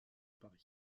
paris